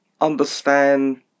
understand